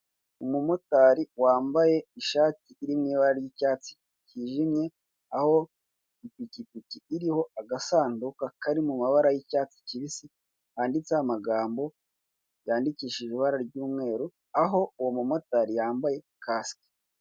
Umumotari wambaye ishati iri mu ibara ry'icyatsi kijimye aho ipikipiki iriho agasanduku kari mumabara y'icyatsi kibisi, handitseho amagambo yandikishijwe ibara ry'umweru aho uwo mumotari yambaye kasike.